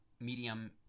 medium